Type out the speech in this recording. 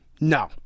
No